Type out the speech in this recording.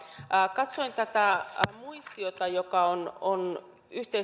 katsoin tätä muistiota joka on on